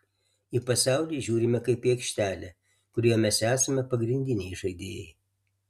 į pasaulį žiūrime kaip į aikštelę kurioje mes esame pagrindiniai žaidėjai